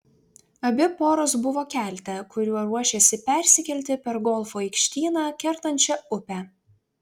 abi poros buvo kelte kuriuo ruošėsi persikelti per golfo aikštyną kertančią upę